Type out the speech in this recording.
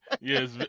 Yes